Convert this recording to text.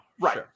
Right